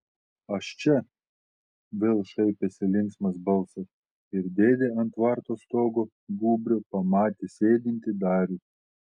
aš čia vėl šaipėsi linksmas balsas ir dėdė ant tvarto stogo gūbrio pamatė sėdintį darių